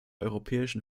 europäischen